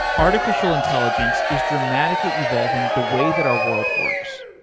artificial intelligence is dramatically evolving the way that our world works,